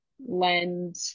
lend